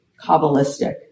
Kabbalistic